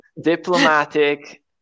diplomatic